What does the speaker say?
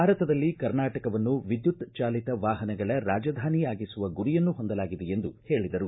ಭಾರತದಲ್ಲಿ ಕರ್ನಾಟಕವನ್ನು ವಿದ್ಯುತ್ ಚಾಲಿತ ವಾಹನಗಳ ರಾಜಧಾನಿಯಾಗಿಸುವ ಗುರಿಯನ್ನು ಹೊಂದಲಾಗಿದೆ ಎಂದು ಹೇಳಿದರು